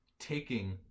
taking